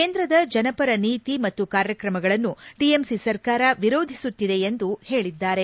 ಕೇಂದ್ರದ ಜನಪರ ನೀತಿ ಮತ್ತು ಕಾರ್ಯಕ್ರಮಗಳನ್ನು ಟಿಎಂಸಿ ಸರ್ಕಾರ ವಿರೋಧಿಸುತ್ತಿದೆ ಎಂದು ಹೇಳಿದ್ದಾರೆ